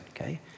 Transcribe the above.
okay